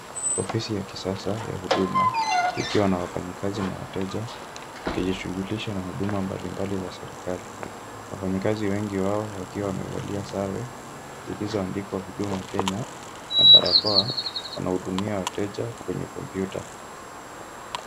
Ofisi ya kisasa ya huduma, ikiwa na wafanyikazi na wateja wakijishughulisha na huduma mbalimbali za serikali. Wafanyikazi wengi wao wakiwa wamevalia sare zilizoandikwa huduma Kenya na barakoa wanahudumia wateja kwenye kompyuta.